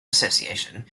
association